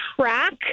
track